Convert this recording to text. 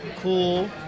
cool